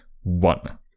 one